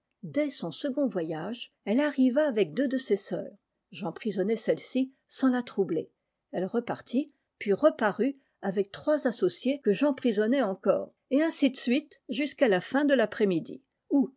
dès son second voyage elle arriva avec deux de ses sœurs j'emprisonnai celles-ci sans la troubler elle repartit puis reparut avec trois associées que j'emprisonnai encore et ainsi de suite jusqu'à la fin de l'après-midi